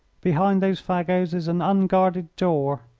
behind those fagots is an unguarded door.